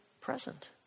present